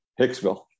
Hicksville